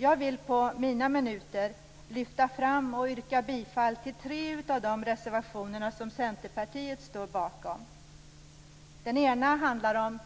Jag vill under mina minuter lyfta fram och yrka bifall till tre av de reservationer som Centerpartiet står bakom. Den ena handlar om